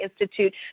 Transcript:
Institute